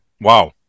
Wow